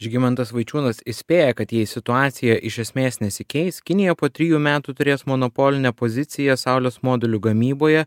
žygimantas vaičiūnas įspėja kad jei situacija iš esmės nesikeis kinija po trijų metų turės monopolinę poziciją saulės modulių gamyboje